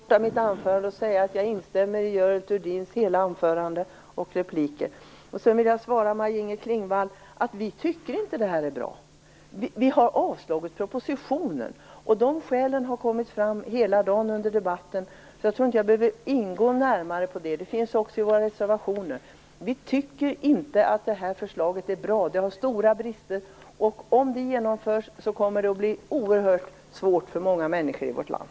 Herr talman! Jag kan förkorta mitt anförande genom att instämma i Görel Thurdins hela anförande och i hennes replik. Jag vill svara Maj-Inger Klingvall att vi inte tycker att det här förslaget är bra. Vi har avstyrkt propositionen. Skälen till det har kommit fram under hela dagens debatt, och jag tror därför att jag inte behöver gå närmare in på dem. De finns också redovisade i våra reservationer. Vi tycker att förslaget har stora brister, och om det genomförs, kommer det att bli oerhört svårt för många människor i vårt land.